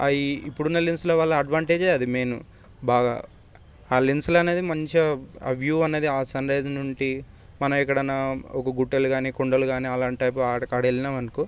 ఇప్పుడు ఉన్న లెన్సల వల్ల అడ్వాంటేజ్ అదే మెయిన్ బాగా ఆ లెన్స్లో అనేది మంచిగా వ్యూ అనేది ఆ సన్రైజ్ నుండి మనం ఎక్కడికైనా ఒక గుట్టలు కానీ కొండలు గానీ అలాంటి టైపు అక్కడ వెళ్ళినాము అనుకో